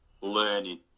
learning